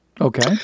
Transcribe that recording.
Okay